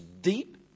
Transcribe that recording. deep